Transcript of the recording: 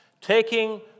taking